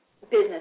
business